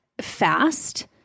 fast